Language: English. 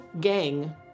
gang